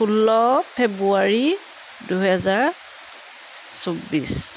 ষোল্ল ফেব্ৰুৱাৰী দুহেজাৰ চৌবিছ